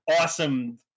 awesome